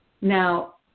Now